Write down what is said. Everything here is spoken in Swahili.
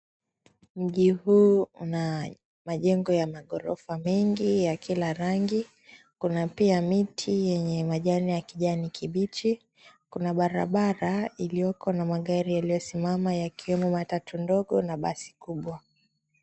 Mji huu una majengo ya magorofa mengi ya kila rangi, kuna pia miti yenye majani ya kijani kibichi, kuna pia barabara iliyoko na magari yaliyosimama yakiwemo matatu ndogo na basi kubwa.